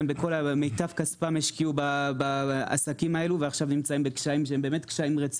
והשקיעו את מיטב כספם בעסקים האלו ועכשיו נמצאים בקשיים רציניים.